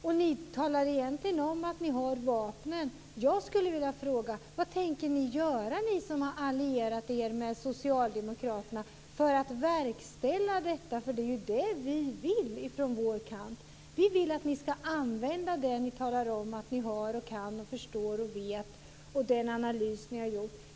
Ni talar egentligen om att ni har vapnen. Jag skulle vilja fråga: Vad tänker ni som har allierat er med socialdemokraterna göra för att verkställa detta? Det här är ju vad vi på vår kant vill. Vi vill alltså att ni skall använda det ni säger att ni har, kan, förstår och vet samt den analys som ni har gjort.